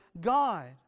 God